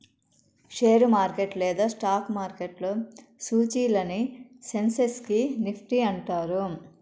share market లేదా stock మార్కెట్లో సూచీలని సెన్సెక్స్ నిఫ్టీ అంటారు